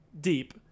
deep